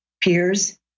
peers